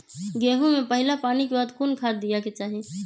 गेंहू में पहिला पानी के बाद कौन खाद दिया के चाही?